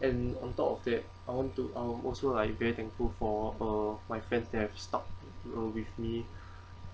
and on top of that I want to I'm also like very thankful for uh my friend that have stuck with me